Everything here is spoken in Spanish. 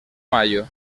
mayo